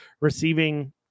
receiving